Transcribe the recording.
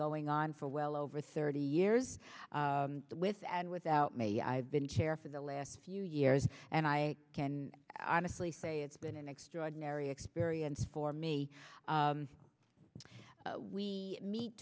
going on for well over thirty years with and without me i've been chair for the last few years and i can honestly say it's been an extraordinary experience for me we meet